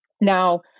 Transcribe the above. Now